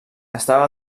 estava